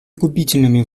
губительными